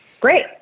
Great